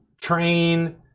train